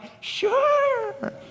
sure